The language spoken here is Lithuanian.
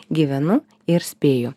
gyvenu ir spėju